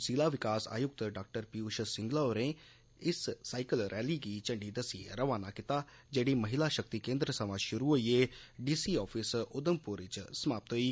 जिला विकास आयुक्त डा पियूष सिंगला होरें इस साइकिल रैली गी झंडी दस्सियै रवाना कीता जेड़ी महिला शक्ति केंद्र सवां शुरू होइयै डी सी आफिस उधमपुर च समाप्त हुई